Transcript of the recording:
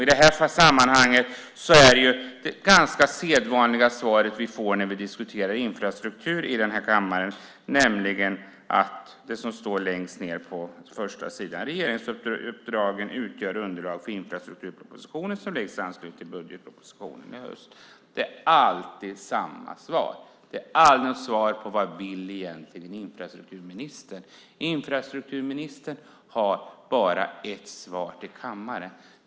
I det här sammanhanget är det ett ganska sedvanligt svar vi får när vi diskuterar infrastruktur i kammaren, nämligen det som står längst ned på första sidan i det skrivna svaret: "Regeringsuppdragen utgör underlag för infrastrukturpropositionen som läggs i anslutning till budgetpropositionen i höst." Det är alltid samma svar. Det är aldrig något svar på vad infrastrukturministern egentligen vill. Infrastrukturministern har bara ett svar till kammaren.